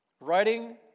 writing